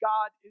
God